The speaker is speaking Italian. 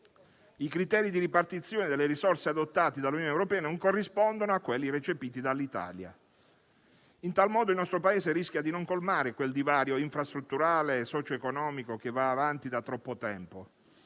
i criteri di ripartizione delle risorse adottati dall'Unione europea non corrispondono a quelli recepiti dall'Italia. In tal modo, il nostro Paese rischia di non colmare quel divario infrastrutturale e socio-economico che va avanti da troppo tempo.